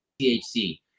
THC